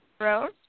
Rose